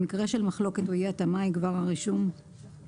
במקרה של מחלוקת או אי התאמה יגבר הרישום בעברית.